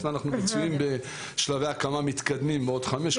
ואנחנו מצויים בשלבי הקמה מתקדמים בעוד חמש,